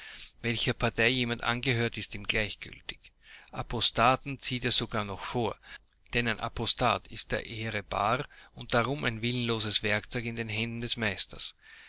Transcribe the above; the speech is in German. welcher partei jemand angehört ist ihm gleichgültig apostaten zieht er sogar vor denn ein apostat ist der ehre bar und darum ein willenloses werkzeug in den händen des meisters